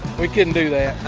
we couldn't do that.